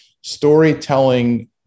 storytelling